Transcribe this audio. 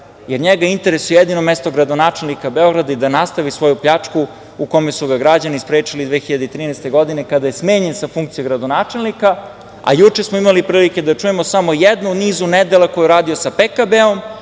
jer njega interesuje jedino mesto gradonačelnika Beograda i da nastavi svoju pljačku u kome su ga građani sprečili 2013. godine kada je smenjen sa funkcije gradonačelnika. Juče smo imali prilike da čujemo samo jedno u nizu nedela koje je uradio sa PKB-om,